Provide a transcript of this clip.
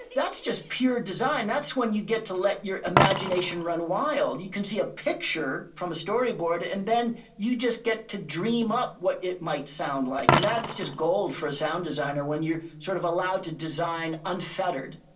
that's just pure design. that's when you get to let your imagination run wild. you can see a picture from a storyboard, and then you just get to dream up what it might sound like. and that's just gold for a sound designer, when you're sort of allowed to design unfettered